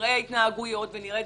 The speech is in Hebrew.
ונראה התנהגויות ודברים.